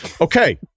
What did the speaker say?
Okay